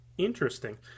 interesting